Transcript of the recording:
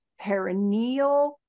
perineal